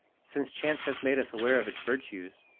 since chance has made us aware of its virtues,